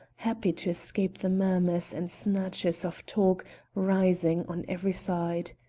happy to escape the murmurs and snatches of talk rising on every side.